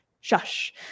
shush